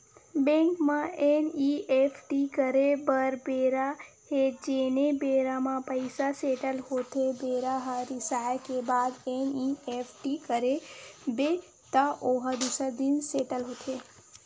bank म NEFT करे बर बेरा हे जेने बेरा म पइसा सेटल होथे बेरा ह सिराए के बाद एन.ई.एफ.टी करबे त ओ ह दूसर दिन सेटल होथे